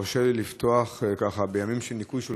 תרשה לי לפתוח, ככה, בימים של ניקוי שולחן,